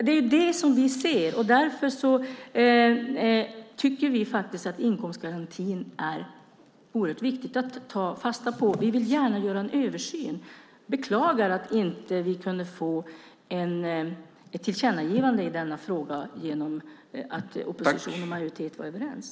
Det är detta vi ser, och därför tycker vi att inkomstgarantin är oerhört viktig att ta fasta på. Vi vill gärna göra en översyn, och vi beklagar att vi inte kunde få ett tillkännagivande i denna fråga genom att opposition och majoritet var överens.